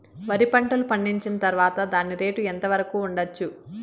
వరి పంటలు పండించిన తర్వాత దాని రేటు ఎంత వరకు ఉండచ్చు